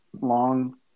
long